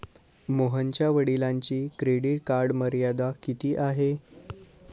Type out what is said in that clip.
मोहनच्या वडिलांची credit card मर्यादा किती आहे?